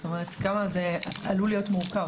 זאת אומרת, כמה זה עלול להיות מורכב.